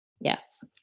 Yes